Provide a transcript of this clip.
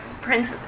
prince